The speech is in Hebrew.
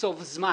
לקצוב זמן